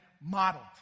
modeled